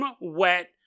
wet